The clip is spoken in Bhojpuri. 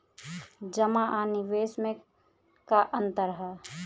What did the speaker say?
जमा आ निवेश में का अंतर ह?